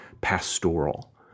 pastoral